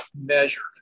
measured